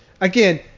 again